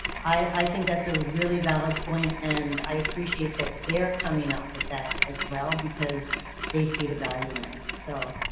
i think that's a really valid point and i appreciate that they're coming up with that as well because they see the value in it. so,